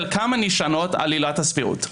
חלקן הנשענות על עילת הסבירות.